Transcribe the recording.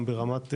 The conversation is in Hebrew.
גם ברמת,